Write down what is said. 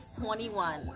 21